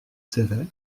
sévère